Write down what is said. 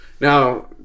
Now